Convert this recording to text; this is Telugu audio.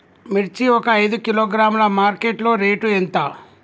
మిర్చి ఒక ఐదు కిలోగ్రాముల మార్కెట్ లో రేటు ఎంత?